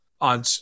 on